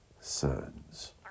sons